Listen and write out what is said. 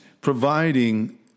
providing